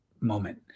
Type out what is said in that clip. moment